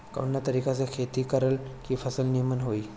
कवना तरीका से खेती करल की फसल नीमन होई?